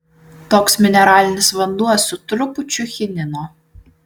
toks mineralinis vanduo su trupučiu chinino